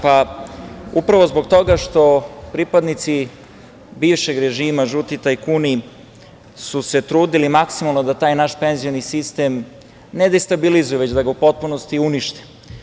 Pa, upravo zbog toga što pripadnici bivšeg režima, žuti tajkuni, su se trudili maksimalno da taj naš penzioni sistem ne destabilizuju, već da ga u potpunosti unište.